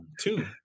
two